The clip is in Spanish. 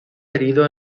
herido